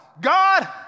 God